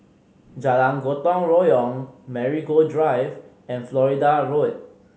Jalan Gotong Royong Marigold Drive and Florida Road